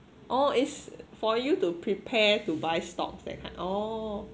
oh it's for you to prepare to buy stocks and oh